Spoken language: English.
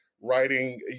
writing